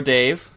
Dave